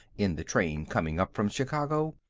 in the train coming up from chicago,